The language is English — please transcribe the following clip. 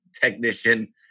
Technician